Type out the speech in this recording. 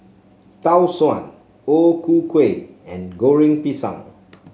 Tau Suan O Ku Kueh and Goreng Pisang